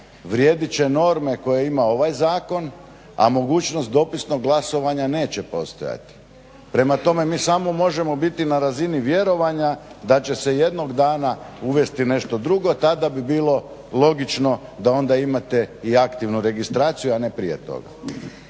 vrijedit će norme koje ima ovaj zakon, a mogućnost dopisnog glasovanja neće postojati. Prema tome, mi samo možemo biti na razini vjerovanja da će se jednog dana uvesti nešto drugo, tada bi bilo logično da onda imate i aktivnu registraciju, a ne prije toga.